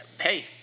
hey